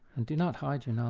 and do not hide you know